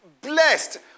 blessed